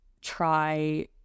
try